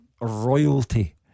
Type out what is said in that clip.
royalty